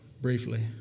briefly